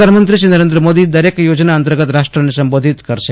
પ્રધાનમંત્રી શ્રી નરેન્દ્ર મોદી દરેક ચ્રોજના અતર્ગત રાષ્ટ્રને સંબોધન કરશે